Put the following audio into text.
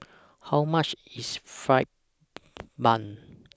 How much IS Fried Bun